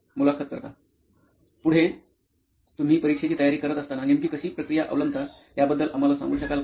मुलाखत कर्ता पुढे तुम्ही परीक्षेची तयारी करत असताना नेमकी कशी प्रक्रिया अवलंबता याबद्दल आम्हाला सांगू शकाल का